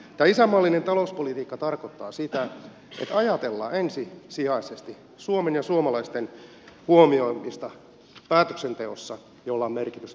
tämä isänmaallinen talouspolitiikka tarkoittaa sitä että ajatellaan ensisijaisesti suomen ja suomalaisten huomioimista päätöksenteossa jolla on merkitystä talouteen